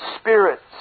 spirits